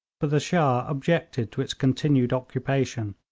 but the shah objected to its continued occupation,